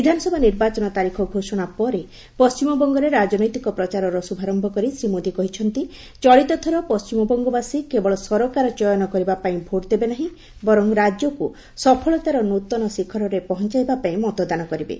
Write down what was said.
ବିଧାନସଭା ନିର୍ବାଚନ ତାରିଖ ଘୋଷଣା ପରେ ପଣ୍ଢିମବଙ୍ଗରେ ରାଜନୈତିକ ପ୍ରଚାରର ଶୁଭାରମ୍ଭ କରି ଶ୍ରୀ ମୋଦି କହିଛନ୍ତି ଚଳିତ ଥର ପଶ୍ଚିମବଙ୍ଗବାସୀ କେବଳ ସରକାର ଚୟନ କରିବାପାଇଁ ଭୋଟ୍ ଦେବେ ନାହିଁ ବରଂ ରାଜ୍ୟକୁ ସଫଳତାର ନୃତନ ଶିଖରରେ ପହଞ୍ଚାଇବାପାଇଁ ମତଦାନ କରିବେ